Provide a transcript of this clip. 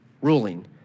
ruling